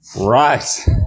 Right